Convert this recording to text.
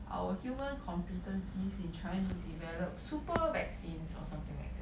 our human competencies in trying to develop super vaccines or something like that